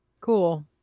Cool